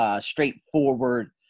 straightforward